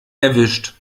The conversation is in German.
erwischt